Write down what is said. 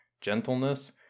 gentleness